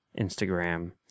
Instagram